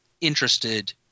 interested